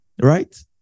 right